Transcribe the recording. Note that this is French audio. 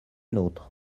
nôtres